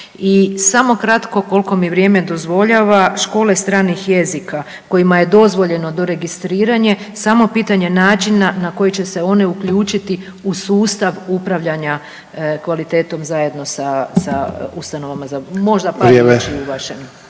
samo kratko koliko mi vrijeme dozvoljava. Škole stranih jezika kojima je dozvoljeno doregistriranje samo je pitanje načina na koji će se one uključiti u sustav upravljanja kvalitetom zajedno sa ustanovama za, možda par riječi u vašem